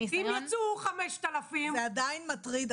אם יצאו 5,000 --- זה עדיין מטריד,